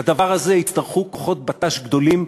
לדבר הזה יצטרכו כוחות בט"ש גדולים,